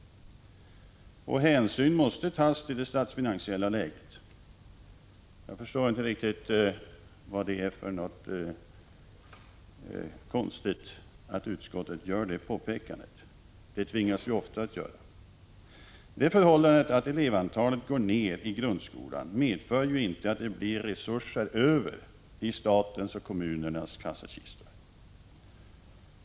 Hänsyn måste också tas till det statsfinansiella läget. Jag förstår inte riktigt vad det är för konstigt med att utskottet gör det påpekandet. Det tvingas vi ofta att göra. Det förhållandet att elevantalet i grundskolan går ner medför ju inte att det blir resurser över i statens och kommunernas kassakistor.